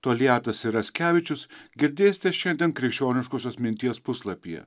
toliatas ir raskevičius girdėsite šiandien krikščioniškosios minties puslapyje